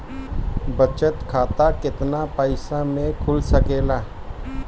बचत खाता केतना पइसा मे खुल सकेला?